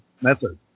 method